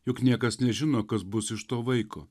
juk niekas nežino kas bus iš to vaiko